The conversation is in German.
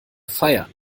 feiern